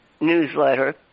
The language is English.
newsletter